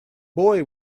boy